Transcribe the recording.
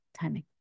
timing